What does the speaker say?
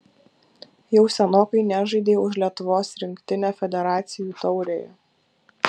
jau senokai nežaidei už lietuvos rinktinę federacijų taurėje